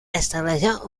estableció